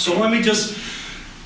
so let me just